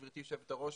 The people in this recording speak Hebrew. גברתי היושבת-ראש,